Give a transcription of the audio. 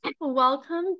Welcome